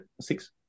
six